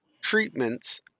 treatments